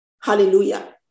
Hallelujah